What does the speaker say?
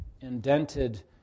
indented